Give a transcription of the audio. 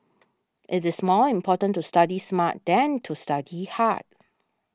it is more important to study smart than to study hard